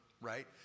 right